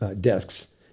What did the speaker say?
desks